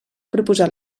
proposat